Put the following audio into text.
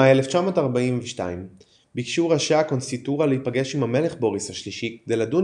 במאי 1942 ביקשו ראשי הקונסיסטוריה להיפגש עם המלך בוריס השלישי כדי לדון